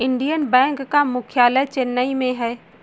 Indian bank का मुख्यालय चेन्नई में है